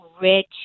rich